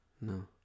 No